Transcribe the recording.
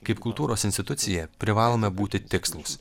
kaip kultūros institucija privalome būti tikslūs